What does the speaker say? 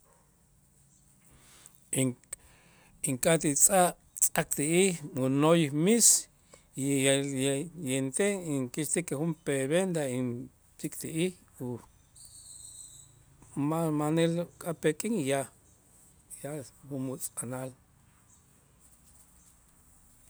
In- ink'at ti tz'a' tz'ak' ti'ij unoy miis y inkäxtik junp'ee venda intz'ik ti'ij u ma' manil ka'p'ee k'in ya es junmutz anaal.